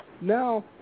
Now